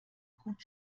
gut